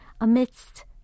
Amidst